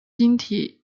晶体